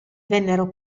vennero